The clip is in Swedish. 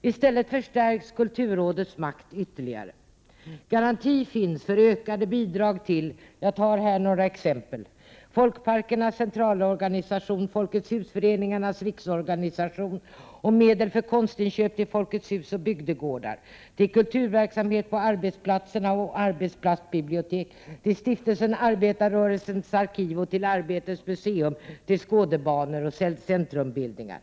I stället förstärks kulturrådets makt ytterligare. Garanti finns för ökade bidrag t.ex. till Folkparkernas centralorganisation, Folkets hus-föreningarnas riksorganisation, medel för konstinköp till Folkets hus och bygdegårdar, kulturverksamhet på arbetsplatserna, arbetsplatsbibliotek, Stiftelsen Arbetarrörelsens arkiv, Arbetets museum, Skådebanor och centrumbildningar.